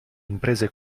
imprese